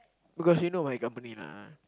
because you know my company lah